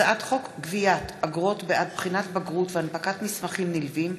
הצעת חוק גביית אגרות בעד בחינות בגרות והנפקת מסמכים נלווים,